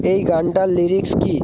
এই গানটার লিরিক্স কী